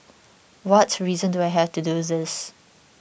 what reason do I have to do this